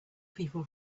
people